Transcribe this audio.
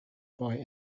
boy